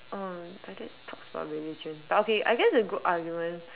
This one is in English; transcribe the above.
um like that talks about religion but okay I guess a good argument